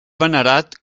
venerat